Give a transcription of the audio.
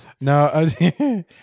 No